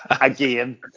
again